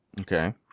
Okay